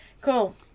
Cool